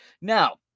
Now